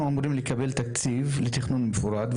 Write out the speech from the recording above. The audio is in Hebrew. אנחנו אמורים לקבל תקציב לתכנון מפורט,